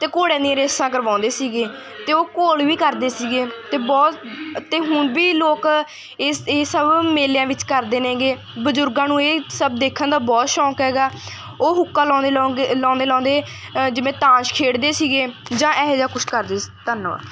ਅਤੇ ਘੋੜਿਆਂ ਦੀਆਂ ਰੇਸਾਂ ਕਰਵਾਉਂਦੇ ਸੀਗੇ ਅਤੇ ਉਹ ਘੋਲ ਵੀ ਕਰਦੇ ਸੀਗੇ ਅਤੇ ਬਹੁਤ ਅਤੇ ਹੁਣ ਵੀ ਲੋਕ ਇਹ ਇਹ ਸਭ ਮੇਲਿਆਂ ਵਿੱਚ ਕਰਦੇ ਨੇ ਗੇ ਬਜ਼ੁਰਗਾਂ ਨੂੰ ਇਹ ਸਭ ਦੇਖਣ ਦਾ ਬਹੁਤ ਸ਼ੌਂਕ ਹੈਗਾ ਉਹ ਹੁੱਕਾ ਲਾਉਂਦੇ ਲੌਂਗੇ ਲਾਉਂਦੇ ਲਾਉਂਦੇ ਜਿਵੇਂ ਤਾਸ਼ ਖੇਡਦੇ ਸੀਗੇ ਜਾਂ ਇਹਾ ਜਿਹਾ ਕੁਛ ਕਰਦੇ ਸੀ ਧੰਨਵਾਦ